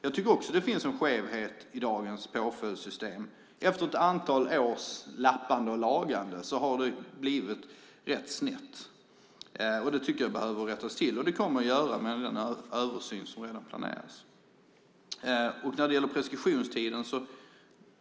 Jag tycker också att det finns en skevhet i dagens påföljdssystem. Efter ett antal år med ett lappande och lagande har det blivit rätt snett, så där tycker jag att det behöver rättas till. Det kommer att ske med den översyn som redan planeras.